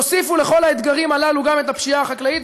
תוסיפו על כל האתגרים הללו גם את הפשיעה החקלאית,